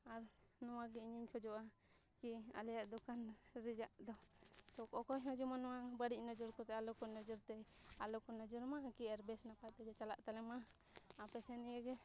ᱟᱨ ᱱᱚᱣᱟᱜᱮ ᱤᱧᱤᱧ ᱠᱷᱚᱡᱚᱜᱼᱟ ᱠᱤ ᱟᱞᱮᱭᱟᱜ ᱫᱚᱠᱟᱱ ᱨᱮᱭᱟᱜ ᱫᱚ ᱚᱠᱚᱭ ᱦᱚᱸ ᱡᱮᱢᱚᱱ ᱱᱚᱣᱟ ᱵᱟᱹᱲᱤᱡ ᱱᱚᱡᱚᱨ ᱠᱚᱛᱮ ᱟᱞᱚᱠᱚ ᱱᱚᱡᱚᱨᱛᱮ ᱟᱞᱚᱠᱚ ᱱᱚᱡᱚᱨ ᱢᱟ ᱠᱤ ᱟᱨ ᱵᱮᱥ ᱱᱟᱯᱟᱭ ᱛᱮᱜᱮ ᱪᱟᱞᱟᱜ ᱛᱟᱞᱮᱢᱟ ᱟᱯᱮ ᱥᱮᱱ ᱱᱤᱭᱟᱹᱜᱮ